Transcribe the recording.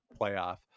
playoff